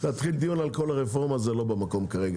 -- אבל להתחיל עכשיו דיון על כל הרפורמה זה לא במקום כרגע,